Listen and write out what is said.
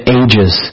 ages